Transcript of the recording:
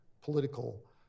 political